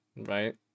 Right